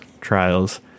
trials